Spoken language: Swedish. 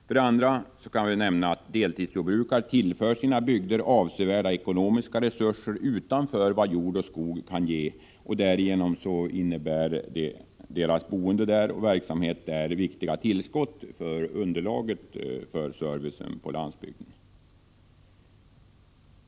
För det andra tillför deltidsjordbrukare sina bygder avsevärda resurser utanför vad jord och skog kan ge och lämnar därigenom viktiga tillskott till underlag för servicen på landsbygden.